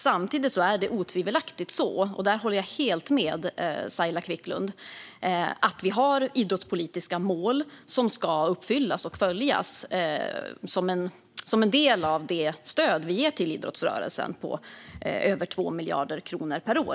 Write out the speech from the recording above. Samtidigt är det otvivelaktigt så, och jag håller helt med Saila Quicklund, att de idrottspolitiska målen ska uppfyllas och följas för att man ska få ta del av det stöd på över 2 miljarder kronor vi ger till idrottsrörelsen varje år.